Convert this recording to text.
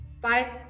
Bye